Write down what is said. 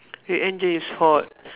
your engine is hot